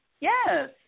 Yes